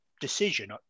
decision